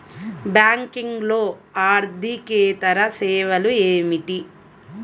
బ్యాంకింగ్లో అర్దికేతర సేవలు ఏమిటీ?